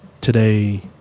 today